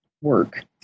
work